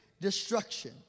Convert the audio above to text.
Destruction